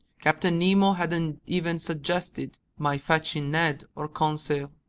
captain nemo hadn't even suggested my fetching ned or conseil.